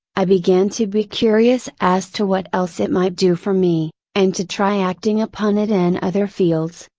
i began to be curious as to what else it might do for me, and to try acting upon it in other fields,